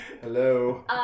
Hello